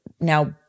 now